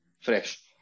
fresh